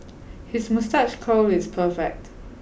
his moustache curl is perfect